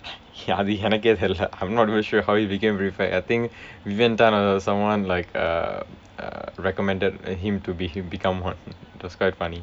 அது எனக்கே தெரியல:athu enakkee theriyalla I'm not even sure how he became prefect I think vivian tan or someone like uh uh recommended him to be he become [one] it was quite funny